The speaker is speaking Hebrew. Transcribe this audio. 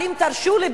אם תרשו לי,